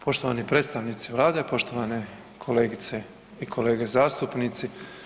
Poštovani predstavnici Vlade, poštovane kolegice i kolege zastupnici.